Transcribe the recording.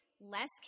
Less